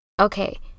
Okay